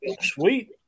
Sweet